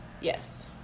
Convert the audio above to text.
Yes